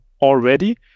already